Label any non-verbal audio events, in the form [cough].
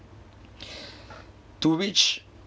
[breath] to which